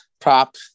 prop